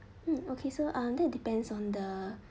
mm okay so um that depends on the